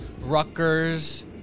Rutgers